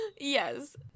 yes